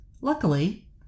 Luckily